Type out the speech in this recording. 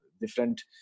different